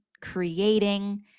creating